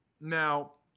Now